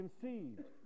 conceived